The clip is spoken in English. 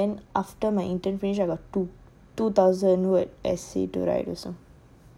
and then after my intern finish I got two two thousand word essay to write also